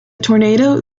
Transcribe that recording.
tornado